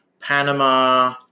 Panama